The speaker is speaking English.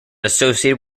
associated